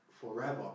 forever